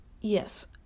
yes